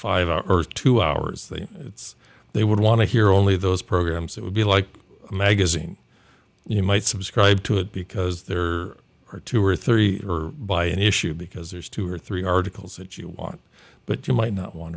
five hour earth two hours they it's they would want to hear only those programs that would be like a magazine you might subscribe to it because there are two or three or by an issue because there's two or three articles that you want but you might not want